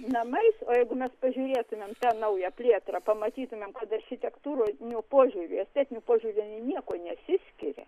namais o jeigu mes pažiūrėtumėm naują plėtrą pamatytumėm kad architektūriniu požiūriu estetiniu požiūriu jie niekuo nesiskiria